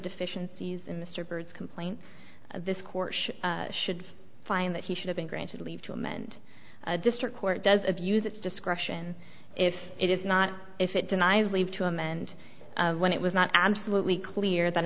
deficiencies in mr byrd's complaint this court should find that he should have been granted leave to amend a district court does abuse its discretion if it is not if it denies leave to him and when it was not absolutely clear that